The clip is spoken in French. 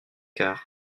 quart